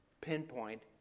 pinpoint